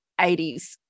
80s